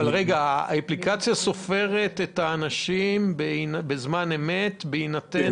אבל האפליקציה סופרת את האנשים בזמן אמת בהינתן